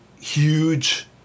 huge